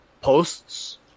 posts